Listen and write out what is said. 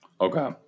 okay